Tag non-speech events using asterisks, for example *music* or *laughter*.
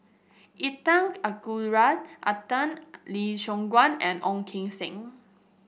Intan Azura *unintelligible* Lee Choon Guan and Ong Keng Sen